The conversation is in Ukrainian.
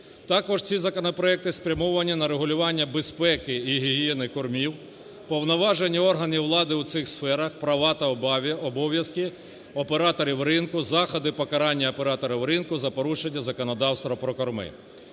Також ці законопроекти спрямовані на регулювання безпеки гігієни кормів, повноваження органів влади у цих сферах, права та обов'язки операторів ринку, заходи покарання операторів ринку за порушення законодавства про корми.